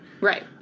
Right